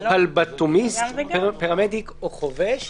על מנת שנוכל להתקדם, אני